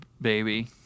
baby